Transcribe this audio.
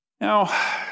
Now